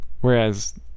whereas